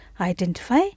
identify